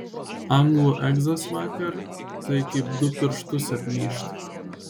anglų egzas vakar tai kaip du pirštus apmyžt